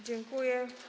Dziękuję.